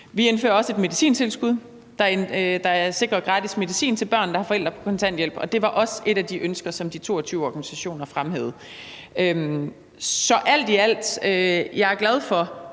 Vi indfører også et medicintilskud, der sikrer gratis medicin til børn, der har forældre på kontanthjælp, og det var også et af de ønsker, som de 22 organisationer fremhævede. Så alt i alt vil jeg sige,